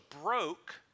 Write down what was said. broke